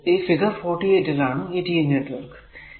ഈ ഫിഗർ 48 ൽ ആണ് ഈ T നെറ്റ്വർക്ക്